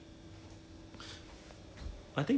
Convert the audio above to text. no plans and all that but not no plans lah